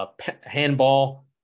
handball